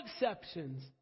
exceptions